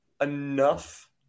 enough